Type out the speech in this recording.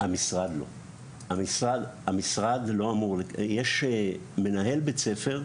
המשרד לא אמור, יש מנהל בית ספר שאמרתי.